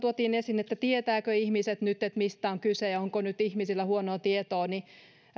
tuotiin esiin se tietävätkö ihmiset nyt mistä on kyse ja onko nyt ihmisillä huonoa tietoa